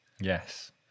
Yes